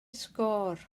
sgôr